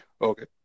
Okay